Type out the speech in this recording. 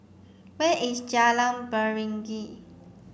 where is Jalan Beringin